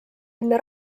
enne